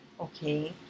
okay